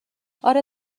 آره